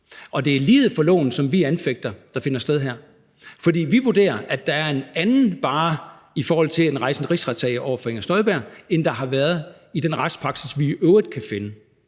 Og det er lighed for loven, som vi anfægter finder sted her. For vi vurderer, at der er en anden barre i forhold til at rejse en rigsretssag over for Inger Støjberg, end der har været i den retspraksis, vi i øvrigt kan finde.